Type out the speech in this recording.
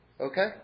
Okay